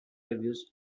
reviews